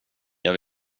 jag